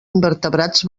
invertebrats